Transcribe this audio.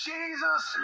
Jesus